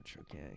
okay